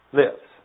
lives